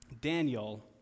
Daniel